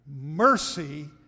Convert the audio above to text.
mercy